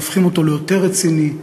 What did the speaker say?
הופכים אותו ליותר רציני,